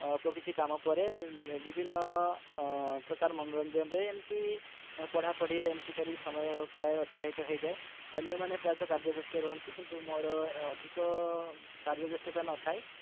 ଅଳ୍ପ କିଛି କାମ ପରେ ବିଭିନ୍ନ ପ୍ରକାର ମନୋରଞ୍ଜନରେ ଏମିତି ପଢ଼ାପଢ଼ିରେ ଏମିତି କରି ସମୟ ପ୍ରାୟ ଅତିବାହିତ ହେଇଯାଏ ଅନ୍ୟମାନେ ପ୍ରାୟତଃ କାର୍ଯ୍ୟ ବ୍ୟସ୍ତରେ ରହନ୍ତି କିନ୍ତୁ ମୋର ଅଧିକ କାର୍ଯ୍ୟ ବ୍ୟସ୍ତତା ନଥାଇ